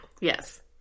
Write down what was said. yes